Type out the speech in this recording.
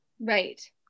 Right